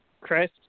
Chris